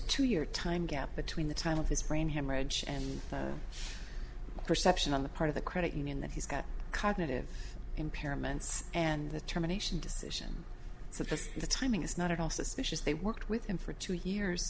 two year time gap between the time of his brain hemorrhage and the perception on the part of the credit union that he's got cognitive impairments and the terminations decision to press the timing is not at all suspicious they worked with him for two years